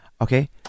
Okay